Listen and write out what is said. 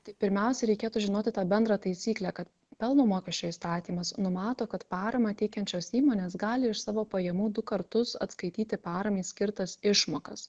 tai pirmiausia reikėtų žinoti tą bendrą taisyklę kad pelno mokesčio įstatymas numato kad paramą teikiančios įmonės gali iš savo pajamų du kartus atskaityti paramai skirtas išmokas